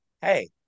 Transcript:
hey